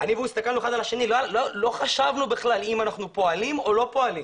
ולא חשבנו לרגע אם אנחנו פועלים או לא פועלים.